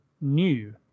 new